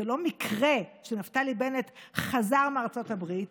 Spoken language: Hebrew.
זה לא מקרה שנפתלי בנט חזר מארצות הברית